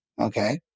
Okay